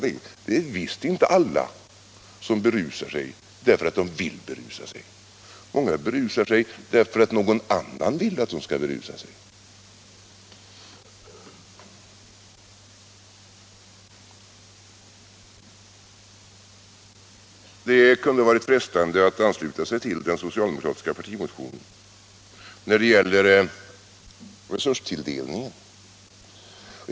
Det är visst inte alla som berusar sig därför att de vill berusa sig. Många berusar sig därför att någon annan vill att de skall berusa sig. Det kunde varit frestande att ansluta sig till den socialdemokratiska partimotionen när det gäller resurstilldelningen.